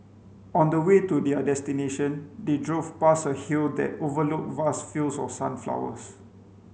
on the way to their destination they drove past a hill that overlooked vast fields of sunflowers